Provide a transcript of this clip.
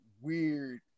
weird